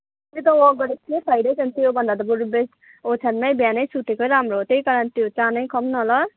त्यही त वाक गरेको केही फाइदै छैन त्योभन्दा त बरू बेस ओछ्यानमा बिहानै सुतेको राम्रो त्यही कारण त्यो चानै खाऊँ न ल